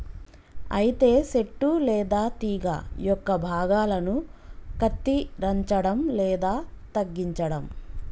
అయితే సెట్టు లేదా తీగ యొక్క భాగాలను కత్తిరంచడం లేదా తగ్గించడం